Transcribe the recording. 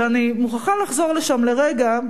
ואני מוכרחה לחזור לשם לרגע,